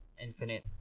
infinite